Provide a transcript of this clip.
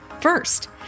first